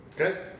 Okay